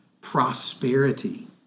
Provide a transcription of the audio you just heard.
prosperity